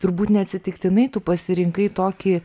turbūt neatsitiktinai tu pasirinkai tokį